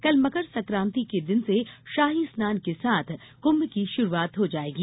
कल मकर सक्रांति के दिन से शाही स्नान के साथ कुम्भ की शुरूआत हो जायेगी